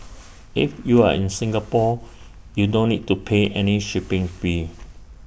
if you are in Singapore you don't need to pay any shipping fee